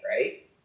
right